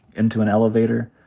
into an elevator.